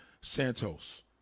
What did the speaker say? Santos